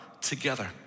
together